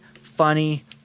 funny